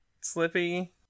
Slippy